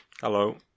Hello